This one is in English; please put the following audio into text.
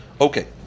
Okay